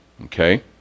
Okay